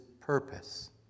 purpose